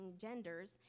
genders